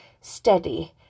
steady